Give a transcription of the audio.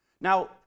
Now